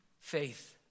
faith